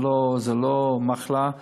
זה לא מחלה,